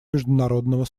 международного